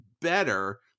better